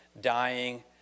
dying